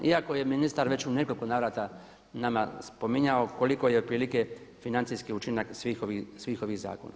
Iako je ministar već u nekoliko navrata nama spominjao koliko je otprilike financijski učinak svih ovih zakona.